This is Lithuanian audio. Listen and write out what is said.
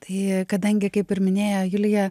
tai kadangi kaip ir minėjo julija